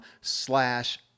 slash